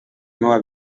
meua